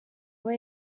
aba